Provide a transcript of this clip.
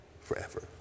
forever